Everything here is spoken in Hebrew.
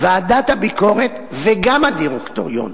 ועדת הביקורת וגם הדירקטוריון